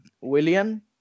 William